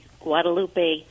Guadalupe